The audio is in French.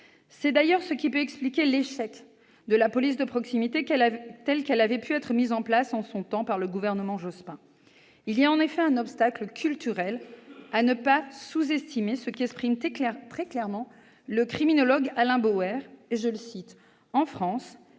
C'est d'ailleurs ce qui peut expliquer l'échec de la police de proximité telle qu'elle avait pu être mise en place, en son temps, par le gouvernement Jospin. Il y a en effet un obstacle culturel à ne pas sous-estimer, ce qu'exprime très clairement le criminologue Alain Bauer :« En France,